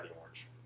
orange